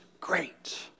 great